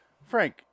Frank